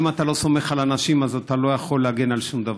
אם אתה לא סומך על אנשים אז אתה לא יכול להגן על שום דבר.